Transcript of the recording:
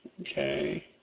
Okay